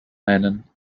nennen